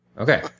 Okay